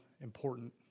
important